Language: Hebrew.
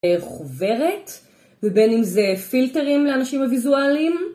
אה, חוברת, מבין אם זה פילטרים לאנשים הוויזואליים